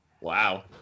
Wow